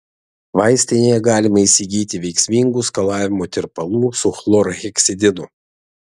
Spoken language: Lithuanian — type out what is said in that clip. vaistinėje galima įsigyti veiksmingų skalavimo tirpalų su chlorheksidinu